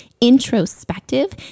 introspective